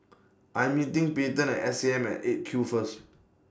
I'm meeting Payten At S A M At eight Q First